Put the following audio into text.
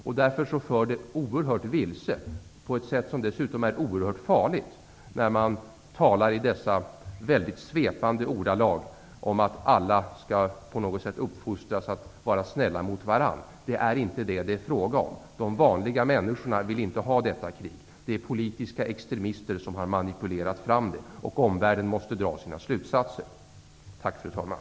Det är helt vilseledande och på ett sätt dessutom oerhört farligt att i väldigt svepande ordalag tala om att alla skall uppfostras att vara snälla mot varandra. Det är inte vad frågan gäller. De vanliga människorna vill inte ha detta krig. Det är politiska extremister som har manipulerat fram det. Omvärlden måste dra sina slutsatser. Tack, fru talman!